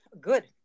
Good